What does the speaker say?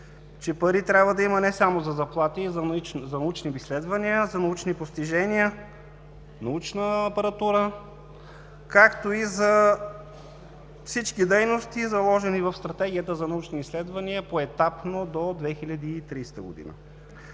че пари трябва да има не само за заплати и за научни изследвания, а за научни постижения, научна апаратура, както и за всички дейности, заложени в Стратегията за научни изследвания, поетапно до 2030 г.